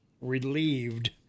relieved